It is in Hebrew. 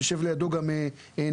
ויושב לידו גם ניסים,